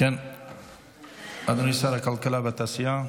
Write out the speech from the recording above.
אדוני שר הכלכלה והתעשייה,